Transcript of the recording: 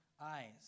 eyes